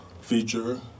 feature